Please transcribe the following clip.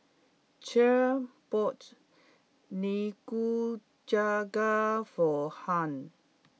Cher bought Nikujaga for Hung